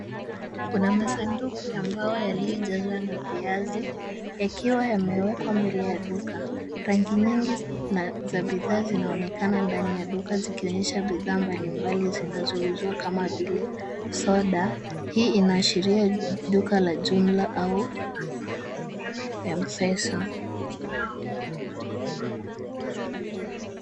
Kuna meza ndogo ya mbao yaliyojazwa na viazi yakiwa yamewekwa mbele ya duka. Rangi nyingi za bidhaa zinaonekana ndani ya duka zikionyesha bidhaa mbalimbali zinazouzwa kama vile soda. Hii inaashiria duka la jumla au M-pesa.